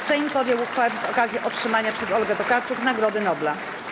Sejm podjął uchwałę z okazji otrzymania przez Olgę Tokarczuk Nagrody Nobla.